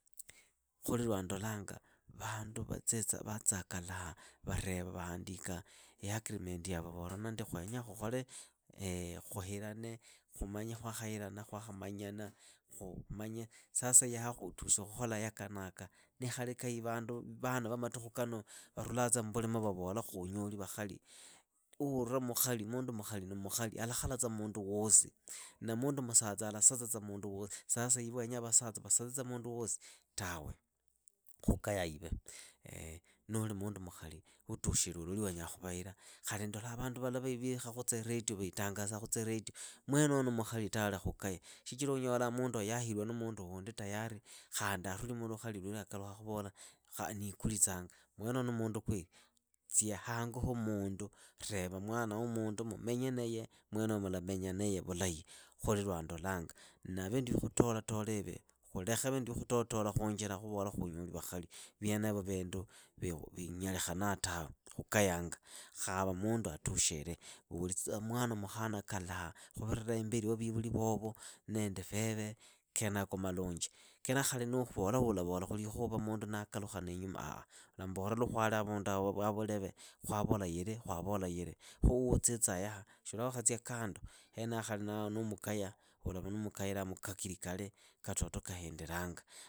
Khuli lwa ndolanga, vandu vatsaa kalaha, vareva vahandika i agreement vavolana ndi khwenya khuhilane, khumanye khwakhahirana khwakhamanya, sasa yaha khutushi khola yaka naaka. Nikhali ka vana va matukhu kanu varulaatsa mbulimo vavola khuunyoli vakhali, uhura mundu mukhali ni mukhali alakhalatsa mundu wosi, na mundu musatsa alasatsatsa mundu wosi. Sasa iwe wenyaa vasatsa vadatsetsa mundu wosi, tawe. Khukayaa ive, nuli mundu mukhila utushile uloli wenyaa khuvahira, khali ndolaa vandu vala vitangasaa khutsiretio, mwenoyo ni mukhali tawe lekha khukaye, shichira unyolaa munduoyo yahilwa na mundu wundi tayari, khandi aruli mulukhali lwelwe akalukhaa khuvola yiikulitsanga, mwenoyo ni mundu kweli, tsia hango ha mundu. reva mwana wa mundu mumenye naye, mwenoyo mulamenya naye vulahi, khuli lwandolanga. Na vindu vya khutolatolaivi khulekhe vindu vya khutolatola khunjila na khuvola khunyoli vakhali, vyenevo vindu vinyalikhanaa tawe, khukayanga, khava mundu atushile. volitsa mwana mukhana kalaha khuvirila imbeli wa vivuli vovo na veve, kenako malunji, khali nuuvola ulavolakhu likhuva mundu nakalukhana inyuma ah, ulammbora lwa khwali avunduaho ivuleve khwavola yili khwavola yili. Khu hutsitsaa yaha shiulaa wakhatsia kando. henaho khali nuumukaya ulava numukairaa mu kakilikali, katoto kahindilanga.